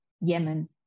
Yemen